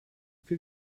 viel